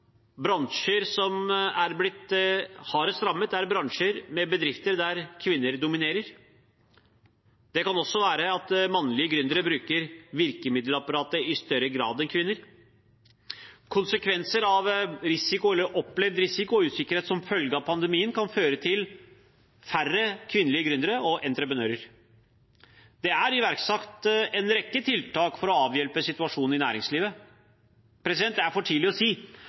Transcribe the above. Bransjer som er blitt hardest rammet, er bransjer med bedrifter der kvinner dominerer. Det kan også være at mannlige gründere bruker virkemiddelapparatet i større grad enn kvinner. Konsekvenser av risiko, eller opplevd risiko, og usikkerhet som følge av pandemien kan føre til færre kvinnelige gründere og entreprenører. Det er iverksatt en rekke tiltak for å avhjelpe situasjonen i næringslivet. Det er for tidlig å si